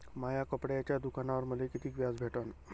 माया कपड्याच्या दुकानावर मले कितीक व्याज भेटन?